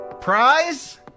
prize